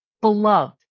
beloved